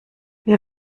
wir